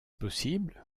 possible